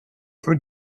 von